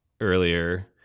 earlier